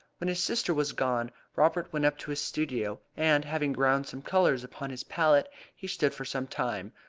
when his sister was gone robert went up to his studio, and having ground some colours upon his palette he stood for some time,